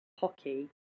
hockey